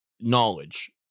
knowledge